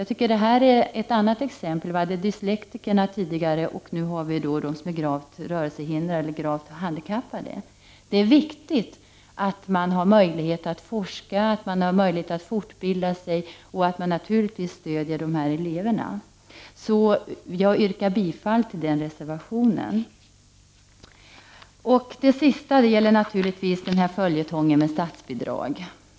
Det här är ett annat exempel. Vi talade tidigare om dyslektikerna, och nu talar vi om dem som är gravt handikappade. Det är viktigt att ha möjlighet att forska och fortbilda sig och naturligtvis att ge stöd till de här eleverna. Jag yrkar b'fall till den reservationen. Det sista gäller naturligtvis följetongen om statsbidragen.